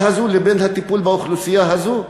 הזאת לבין הטיפול באוכלוסייה הזאת?